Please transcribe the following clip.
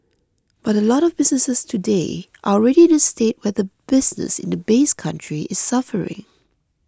but a lot of businesses today are already in a state where the business in the base country is suffering